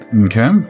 Okay